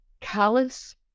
callous